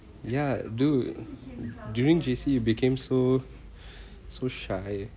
ya dude during J_C became so so shy